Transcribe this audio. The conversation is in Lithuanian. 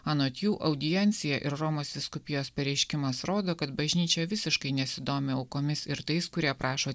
anot jų audiencija ir romos vyskupijos pareiškimas rodo kad bažnyčia visiškai nesidomi aukomis ir tais kurie prašo